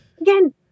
again